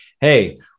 hey